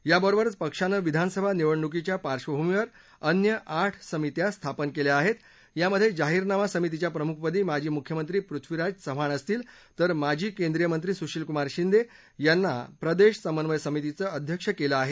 याबरोबरचं पक्षानं विधानसभा निवडणुकीच्या पार्बभूमीवर अन्य आठ समित्या स्थापन केल्या आहेत यामध्ये जाहीरनामा समितीच्या प्रमुखपदी माजी मुख्यमंत्री पृथ्वीराज चव्हाण असतील तर माजी केंद्रीय मंत्री सुशीलकुमार शिंदे यांना प्रदेश समन्वय समितीचं अध्यक्ष केलं आहे